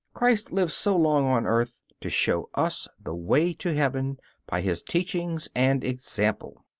christ lived so long on earth to show us the way to heaven by his teachings and example.